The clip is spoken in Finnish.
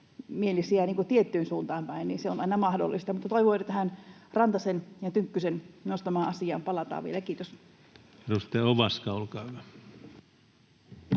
niin kuin tiettyyn suuntaan päin. Se on aina mahdollista. Mutta toivon, että tähän Rantasen ja Tynkkysen nostamaan asiaan palataan vielä. — Kiitos. Edustaja Ovaska, olkaa hyvä.